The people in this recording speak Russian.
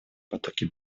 потоки